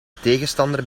tegenstander